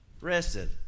rested